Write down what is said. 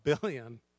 billion